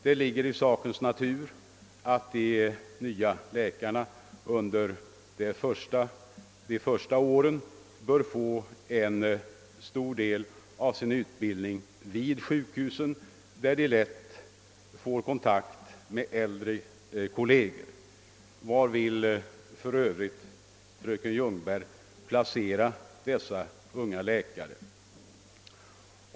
Det ligger i sakens natur att de nya läkarna under de första åren bör få en stor del av sin utbildning vid sjukhusen, där de lätt kan få kontakt med äldre kolleger. Var vill för övrigt fröken Ljungberg placera dessa unga läkare?